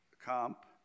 comp